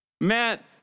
Matt